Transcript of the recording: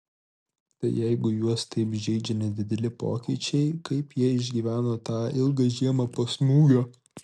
tai jeigu juos taip žeidžia nedideli pokyčiai kaip jie išgyveno tą ilgą žiemą po smūgio